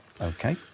Okay